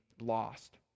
lost